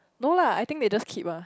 no lah I think they just keep ah